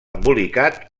embolicat